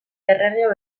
erregio